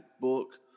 book